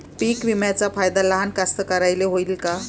पीक विम्याचा फायदा लहान कास्तकाराइले होईन का?